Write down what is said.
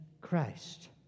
Christ